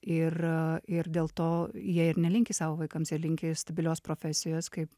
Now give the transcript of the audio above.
ir a ir dėl to jie ir nelinki savo vaikams jie linki stabilios profesijos kaip